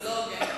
זה לא הוגן.